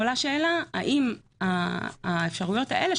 עולה שאלה האם האפשרויות האלה,